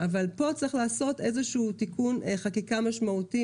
אבל פה צריך לעשות תיקון חקיקה משמעותי.